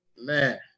man